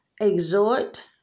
exhort